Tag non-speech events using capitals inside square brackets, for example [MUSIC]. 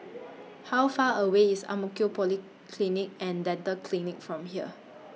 [NOISE] How Far away IS Ang Mo Kio Polyclinic and Dental Clinic from here